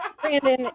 Brandon